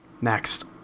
Next